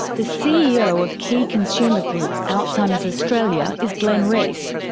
the ceo of key consumer group, alzheimer's australia, is glenn rees.